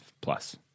plus